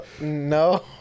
No